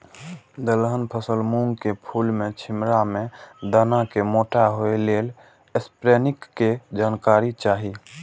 दलहन फसल मूँग के फुल में छिमरा में दाना के मोटा होय लेल स्प्रै निक के जानकारी चाही?